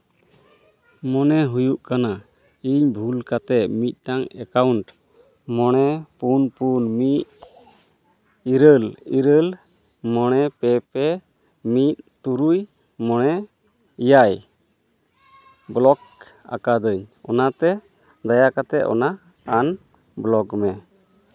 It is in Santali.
ᱢᱚᱱᱮ ᱦᱩᱭᱩᱜ ᱠᱟᱱᱟ ᱤᱧ ᱵᱷᱩᱞ ᱠᱟᱛᱮ ᱢᱤᱫᱴᱟᱝ ᱮᱠᱟᱣᱩᱱᱴ ᱢᱚᱬᱮ ᱯᱩᱱ ᱯᱩᱱ ᱢᱤᱫ ᱤᱨᱟᱹᱞ ᱤᱨᱟᱹᱞ ᱢᱚᱬᱮ ᱯᱮ ᱯᱮ ᱢᱤᱫ ᱛᱩᱨᱩᱭ ᱢᱚᱬᱮ ᱮᱭᱟᱭ ᱵᱞᱚᱠ ᱟᱠᱟᱫᱟᱹᱧ ᱚᱱᱟᱛᱮ ᱫᱟᱭᱟ ᱠᱟᱛᱮ ᱚᱱᱟ ᱟᱱᱵᱞᱚᱠ ᱢᱮ